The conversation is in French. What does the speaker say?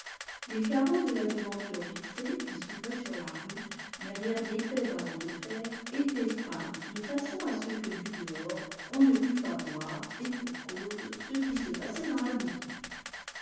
les carreaux de la devanture vitrée qui s'ouvrait sur la rue derrière d'épais barreaux de fer étaient peints de façon à ce que du dehors on ne pût pas voir et pour cause ce qui se passait dans la boutique